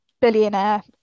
billionaire